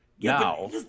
Now